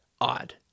odd